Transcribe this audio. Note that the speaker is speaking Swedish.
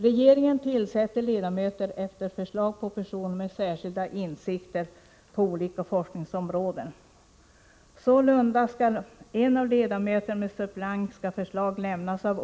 Regeringen tillsätter ledamöter efter förslag på personer med särskilda insikter på olika forskningsområden.